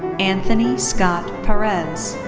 anthony scott perez.